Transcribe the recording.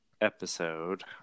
episode